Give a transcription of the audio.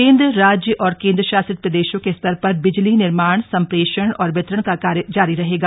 केंद्र राज्य और केंद्र शासित प्रदेशों के स्तर पर बिजली निर्माण संप्रेषण और वितरण का कार्य जारी रहेगा